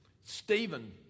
Stephen